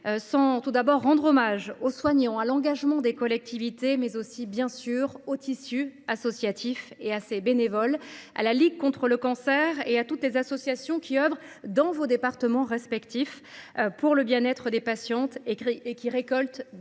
rendre tout d’abord hommage aux soignants, à l’engagement des collectivités, mais aussi au tissu associatif et à ses bénévoles. Je pense à la Ligue contre le cancer et à toutes les associations qui œuvrent dans nos départements respectifs pour le bien être des patientes et qui récoltent des dons